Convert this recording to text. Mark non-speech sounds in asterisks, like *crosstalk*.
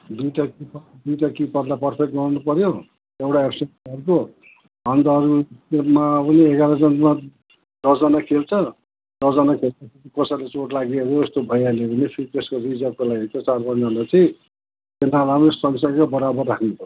दुइटा किपर दुइटा किपरलाई पर्फेक्ट बनाउनु पऱ्यो एउटा *unintelligible* भइगो अन्त अरू टिममा ऊ यो एघारजनामा दसजना खेल्छ दसजना खेल्दाखेरि कसैलाई चोट लागिहाल्यो यस्तो भइहाल्यो भने फेरि त्यसको रिजर्भको लागि चाहिँ चार पाँचजना चाहिँ उनीहरूलाई पनि सँगसँगै बराबर राख्नुपर्छ